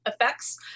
effects